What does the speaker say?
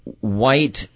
white